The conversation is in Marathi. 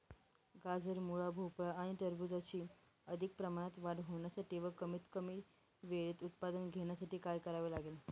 गाजर, मुळा, भोपळा आणि टरबूजाची अधिक प्रमाणात वाढ होण्यासाठी व कमीत कमी वेळेत उत्पादन घेण्यासाठी काय करावे लागेल?